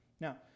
Now